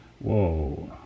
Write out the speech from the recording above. whoa